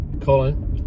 Colin